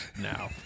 now